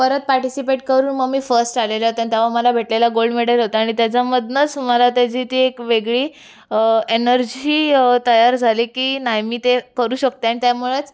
परत पार्टिसिपेट करून मं मी फस्ट आलेला तेव्हा मला भेटलेला गोल्ड मेडल होता आणि तेच्यामधनंच मला त्याची ती एक वेगळी एनर्जी तयार झाली की नाही मी ते करू शकते आणि त्यामुळेच